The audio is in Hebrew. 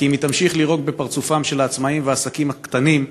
כי אם היא תמשיך לירוק בפרצופם של העצמאים והעסקים הקטנים,